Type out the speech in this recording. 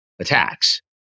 attacks